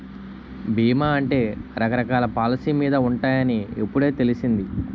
బీమా అంటే రకరకాల పాలసీ మీద ఉంటాయని ఇప్పుడే తెలిసింది